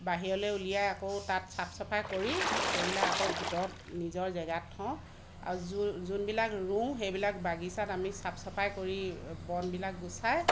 বাহিৰলে উলিয়াই আকৌ তাত চাফ চাফাই কৰি সেইবিলাক আকৌ ভিতৰত নিজৰ জেগাত থওঁ আৰু যোনবিলাক ৰোওঁ সেইবিলাক বাগিচাত আমি চাফ চাফাই কৰি বনবিলাক গুচাই